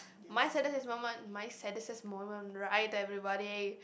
my saddest moment my saddest moment right everybody